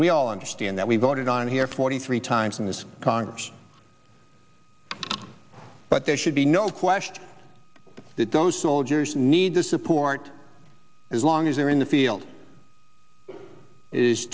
we all understand that we voted on here forty three times in this congress but there should be no question that those soldiers need the support as long as they are in the field is